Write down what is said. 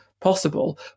possible